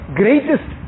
greatest